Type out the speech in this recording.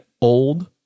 old